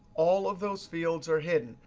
all of those fields are hidden.